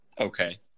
okay